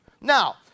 Now